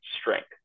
strength